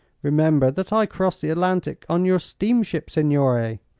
remember that i crossed the atlantic on your steamship, signore.